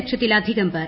ലക്ഷത്തിലധികം പേർ